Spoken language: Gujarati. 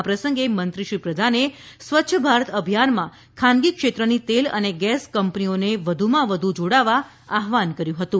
આ પ્રસંગે મંત્રી શ્રી પ્રધાને સ્વચ્છ ભારત અભિયાનમાં ખાનગી ક્ષેત્રની તેલ અને ગેસ કંપનીઓને વધુમાં વધુ જોડાવા આહવાન કર્યુ હતું